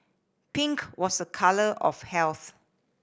pink was a colour of health